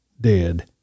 dead